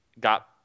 got